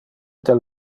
del